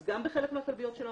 אז גם בחלק מהכלביות של עמותות,